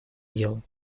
делом